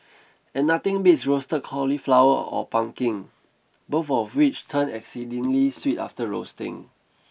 and nothing beats roasted cauliflower or pumpkin both of which turn exceedingly sweet after roasting